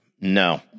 No